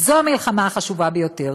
זו המלחמה החשובה ביותר.